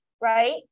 right